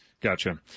Gotcha